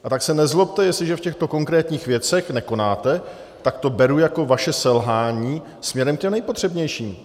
A tak se nezlobte, jestliže v těchto konkrétních věcech nekonáte, tak to beru jako vaše selhání směrem k těm nejpotřebnějším.